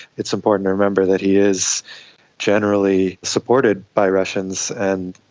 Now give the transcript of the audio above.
it's important to remember that he is generally supported by russians and,